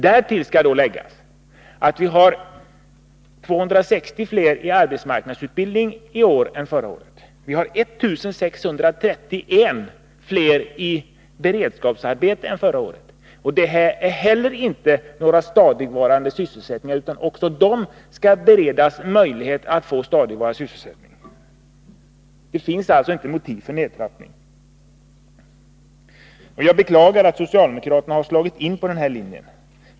Därtill skall läggas att vi har 260 fler i arbetsmarknadsutbildning i år än förra året. Vi har 1 631 fler i beredskapsarbete än förra året. Det är inte heller någon stadigvarande sysselsättning, utan dessa människor skall beredas möjlighet att få stadigvarande arbete. Det finns alltså inte motiv för en nedtrappning. Jag beklagar att socialdemokraterna har slagit in på denna linje.